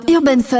Urban